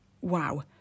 wow